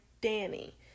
Danny